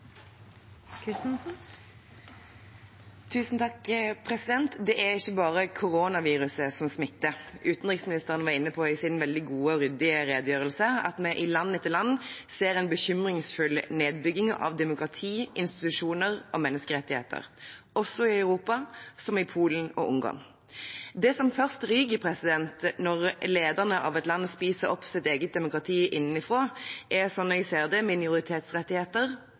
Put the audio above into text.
ikke bare koronaviruset som smitter. Utenriksministeren var i sin veldig gode og ryddige redegjørelse inne på at vi i land etter land ser en bekymringsfull nedbygging av demokrati, institusjoner og menneskerettigheter, også i Europa, som i Polen og Ungarn. Det som først ryker når lederne av et land spiser opp sitt eget demokrati innenfra, er, slik jeg ser det, minoritetsrettigheter